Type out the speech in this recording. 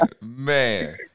man